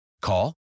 Call